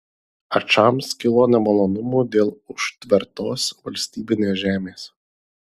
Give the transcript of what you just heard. ačams kilo nemalonumų dėl užtvertos valstybinės žemės